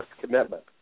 commitment